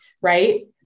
right